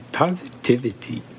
positivity